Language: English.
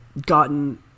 gotten